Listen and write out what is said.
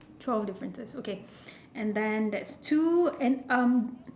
twelve differences okay then there's two and um